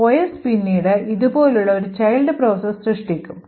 OS പിന്നീട് ഇതുപോലുള്ള ഒരു child process സൃഷ്ടിക്കും